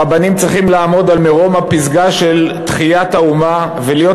הרבנים צריכים לעמוד על מרום הפסגה של תחיית האומה ולהיות